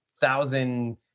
thousand